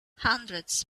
hundreds